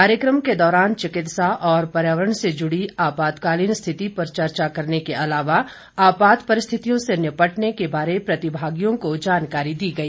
कार्यक्रम के दौरान चिकित्सा और पर्यावरण से जुड़ी आपातकालीन स्थिति पर चर्चा करने के अलावा आपात परिस्थितियों से निपटने के बारे प्रतिभागियों को जानकारी दी गई